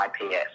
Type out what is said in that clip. IPS